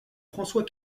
françois